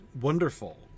wonderful